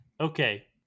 Okay